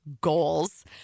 goals